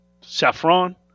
Saffron